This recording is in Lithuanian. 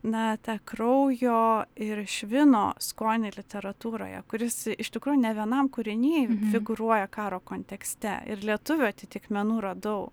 na tą kraujo ir švino skonį literatūroje kuris iš tikrųjų ne vienam kūriny figūruoja karo kontekste ir lietuvių atitikmenų radau